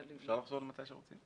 אפשר לחזור מתי שרוצים.